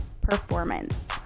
performance